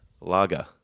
Lager